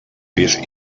pis